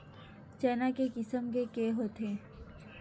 चना के किसम के होथे?